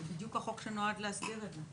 זה בדיוק החוק שנועד להסדיר את זה.